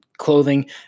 clothing